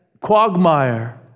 quagmire